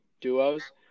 duos